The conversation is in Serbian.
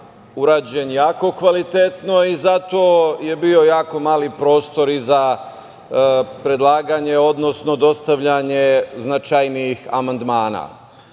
urađen jako kvalitetno. Zato je bio jako mali prostor za predlaganje, odnosno dostavljanje značajnijih amandmana,